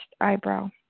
eyebrow